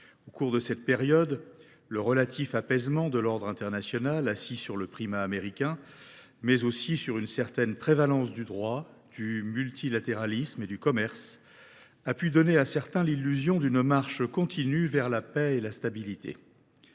Au cours de cette période, le relatif apaisement de l’ordre international, assis sur le primat américain, mais aussi sur une certaine prévalence du droit, du multilatéralisme et du commerce, a pu donner à certains l’illusion d’une marche continue vers la paix et la stabilité.